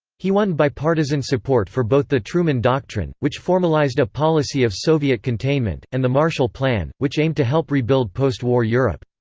he won bipartisan support for both the truman doctrine, which formalized a policy of soviet containment, and the marshall plan, which aimed to help rebuild postwar europe.